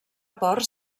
ports